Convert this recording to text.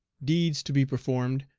deeds to be performed,